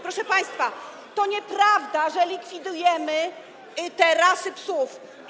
Proszę państwa, to nieprawda, że likwidujemy te rasy psów.